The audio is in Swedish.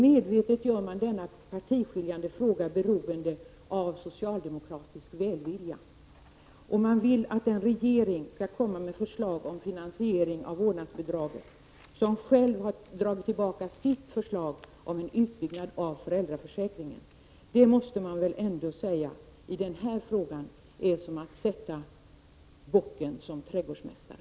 Medvetet gör folkpartiet denna partiskiljande fråga beroende av socialdemokratisk välvilja. Folkpartiet vill att den regering som själv har dragit tillbaka sitt förslag om en utbyggd föräldraförsäkring skall framlägga förslag till finansiering av vårdnadsbidraget! Detta måste väl ändå innebära att man i den här frågan sätter bocken som trädgårdsmästare.